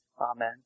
Amen